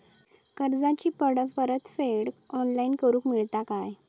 कर्जाची परत फेड ऑनलाइन करूक मेलता काय?